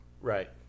right